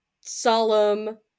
solemn